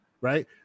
right